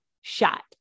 shot